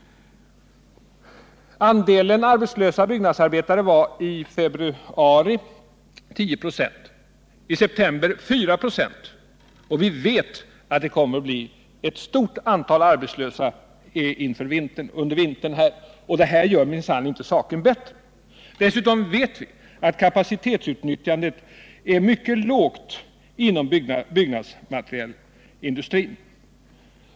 Andelen arbetslösa byggnadsarbetare var i februari 10 96 och i september 4 96. Vi vet att ett stort antal byggnadsarbetare kommer att bli arbetslösa under vintern. Det gör minsann inte saken bättre. Dessutom vet vi att kapacitetsutnyttjandet är mycket lågt inom byggnadsmaterialindustrin.